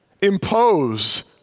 impose